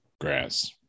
Grass